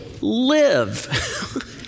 live